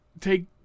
take